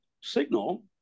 signal